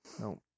No